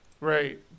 Right